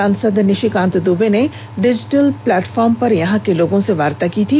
सांसद निशिकांत दबे ने digital platform पर यहां के लोगों से वार्ता की थी